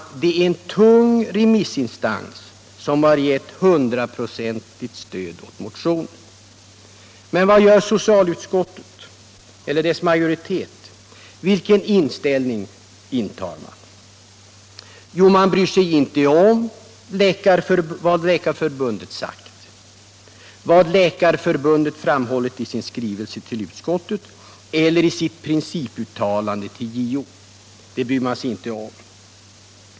Det är en tung remissinstans som har givit hundraprocentigt stöd åt motionen. Men vad gör socialutskottets majoritet, vilken ståndpunkt intar den? Jo, man bryr sig inte om vad Läkarförbundet framhållit i skrivelse till utskottet eller i sitt principuttalande till JO.